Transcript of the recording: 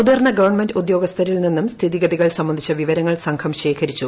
മുതിർന്ന ഗവൺമെന്റ് ഉദ്യോഗസ്ഥരിൽ നിന്നും സ്ഥിതിഗതികൾ സംബന്ധിച്ച വിവരങ്ങൾ സംഘം ശേഖരിച്ചു